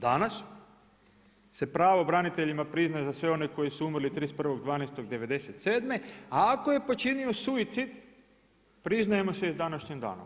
Danas, se pravo braniteljima priznaje za sve one koji su umrli 31.12.'97., a ako je počinio suicid priznaje mu se i s današnjim danom.